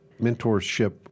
mentorship